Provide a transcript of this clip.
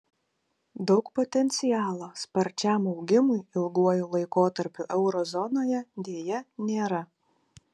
daug potencialo sparčiam augimui ilguoju laikotarpiu euro zonoje deja nėra